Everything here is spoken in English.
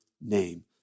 name